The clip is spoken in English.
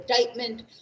indictment